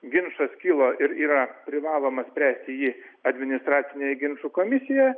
ginčas kilo ir yra privaloma spręsti jį administracinėjeginčų komisijoje